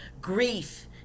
grief